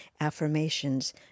affirmations